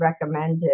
recommended